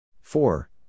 four